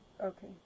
Okay